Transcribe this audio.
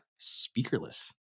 speakerless